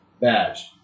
badge